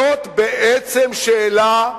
זאת בעצם שאלה,